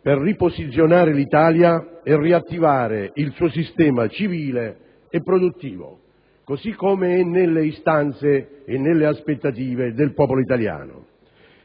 per riposizionare l'Italia e riattivare il suo sistema civile e produttivo, così come è nelle istanze e nelle aspettative del popolo italiano.